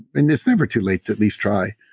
and it's never too late to at least try.